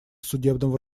судебного